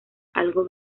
algo